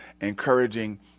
encouraging